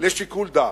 לשיקול דעת,